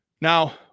Now